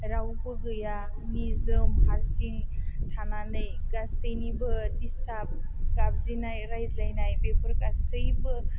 रावबो गैया निजोम हारसिं थानानै गासैनिबो दिसथाब गाबज्रिनाय रायज्लायनाय बेफोर गासैबो